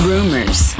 Rumors